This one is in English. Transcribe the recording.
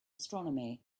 astronomy